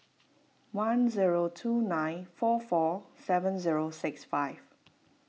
one zero two nine four four seven zero six five